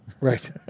right